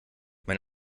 mein